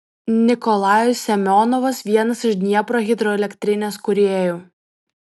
nikolajus semionovas vienas iš dniepro hidroelektrinės kūrėjų